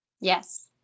Yes